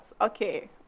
Okay